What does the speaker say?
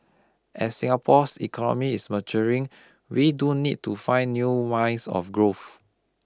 as Singapore's economy is maturing we do need to find new lines of growth